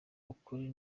ukuri